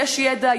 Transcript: יש ידע,